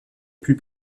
plus